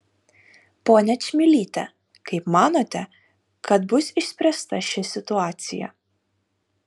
ponia čmilyte kaip manote kad bus išspręsta ši situacija